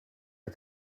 her